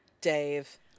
dave